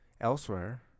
elsewhere